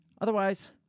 Otherwise